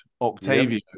Octavio